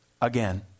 again